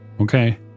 Okay